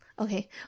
Okay